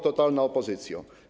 Totalna Opozycjo!